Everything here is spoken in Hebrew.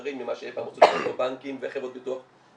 זרים ממה שאי פעם רצו לקנות בנקים וחברות ביטוח ביחד,